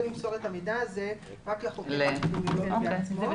למסור את המידע הזה רק לחוקר האפידמיולוגי בעצמו.